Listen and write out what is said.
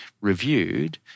reviewed